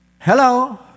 Hello